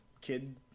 kid